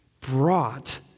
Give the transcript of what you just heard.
brought